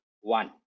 one